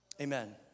Amen